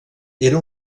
era